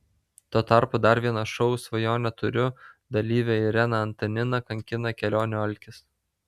tuo tarpu dar vieną šou svajonę turiu dalyvę ireną antaniną kankina kelionių alkis